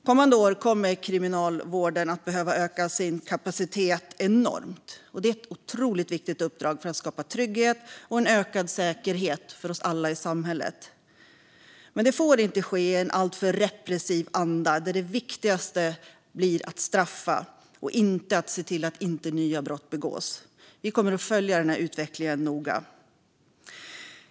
Kommande år kommer Kriminalvården att behöva öka sin kapacitet enormt. Det är ett otroligt viktigt uppdrag för att skapa trygghet och ökad säkerhet för oss alla i samhället. Men det får inte ske i en alltför repressiv anda, där det viktigaste blir att straffa och inte att se till att nya brott inte begås. Vi kommer att följa utvecklingen noga.